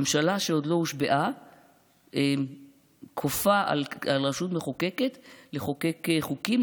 ממשלה שעוד לא הושבעה כופה על רשות מחוקקת לחוקק חוקים,